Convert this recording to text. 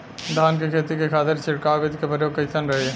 धान के खेती के खातीर छिड़काव विधी के प्रयोग कइसन रही?